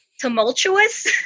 tumultuous